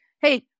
hey